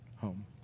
home